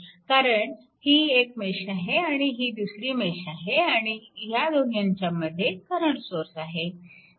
कारण ही एक मेश आहे आणि ही दुसरी मेश आहे आणि त्या दोहोंच्यामध्ये करंट सोर्स आहे